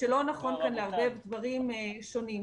שלא נכון לערבב כאן דברים שונים.